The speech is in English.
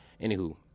Anywho